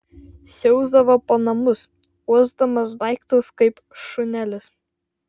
siausdavo po namus uosdamas daiktus kaip šunelis